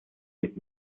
mit